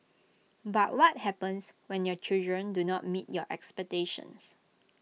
but what happens when your children do not meet your expectations